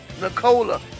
Nikola